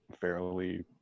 fairly